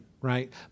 right